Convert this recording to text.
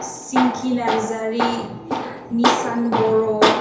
सिंकि नार्जारि निसान बर'